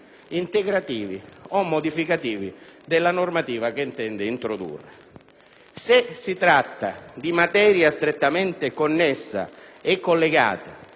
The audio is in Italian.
integrativi o modificativi della normativa che intende introdurre. Se si tratta di materia strettamente connessa e collegata